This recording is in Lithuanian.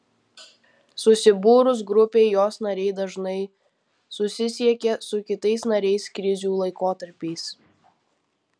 susibūrus grupei jos nariai dažnai susisiekia su kitais nariais krizių laikotarpiais